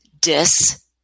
dis